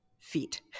feet